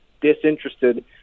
disinterested